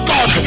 God